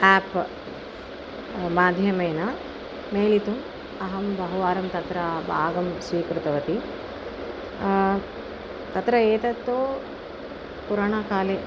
app माध्यमेन मेलितुम् अहं बहुवारं तत्र भागं स्वीकृतवती तत्र एतत्तु पुराणकाले